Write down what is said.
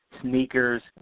sneakers